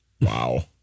Wow